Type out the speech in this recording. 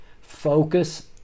Focus